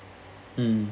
mm